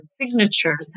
signatures